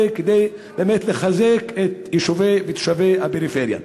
כדי לחזק את יישובי ותושבי הפריפריה.